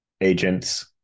agents